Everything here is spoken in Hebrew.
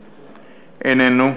איננו.